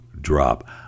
drop